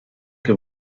che